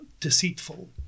deceitful